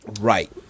Right